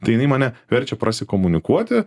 tai jinai mane verčia prasikomunikuoti